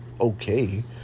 okay